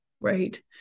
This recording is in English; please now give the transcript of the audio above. Right